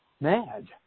mad